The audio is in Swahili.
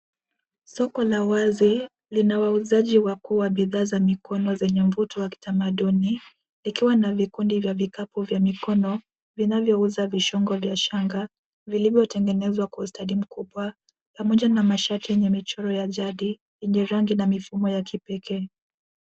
Soko la wazi lina wauzaji wakuu bidhaa za mikono zenye mvuto wa kitamaduni, Ikiwa na vikundi vya vikapu vya mikono, vinavyouza vishungo vya shanga, vilivyotengenezwa kwa ustadi mkubwa pamoja na mashati yenye michoro ya jadi yenye rangi na mifumo ya kipekee.